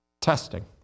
testing